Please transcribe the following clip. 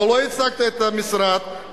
לא ייצגת את המשרד,